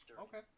okay